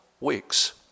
weeks